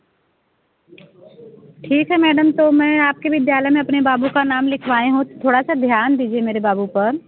ठीक है मैडम तो मैं आपके विद्यालय में अपने बाबू का नाम लिखवाई हूँ तो थोड़ा ध्यान दीजिए मेरे बाबू पर